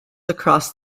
across